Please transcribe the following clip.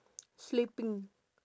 sleeping